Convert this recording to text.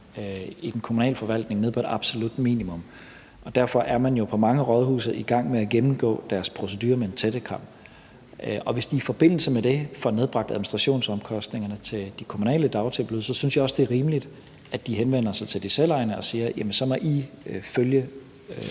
i den kommunale forvaltning nede på et absolut minimum. Derfor er man jo på mange rådhuse i gang med at gennemgå procedurerne med et tættekam, og hvis man i forbindelse med det får nedbragt administrationsomkostningerne til de kommunale dagtilbud, så synes jeg også, det er rimeligt, at de henvender sig til de selvejende og siger, at de så må følge